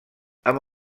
amb